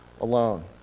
alone